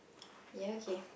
ya okay